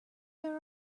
there